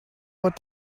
what